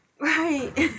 Right